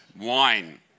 wine